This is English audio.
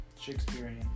Shakespearean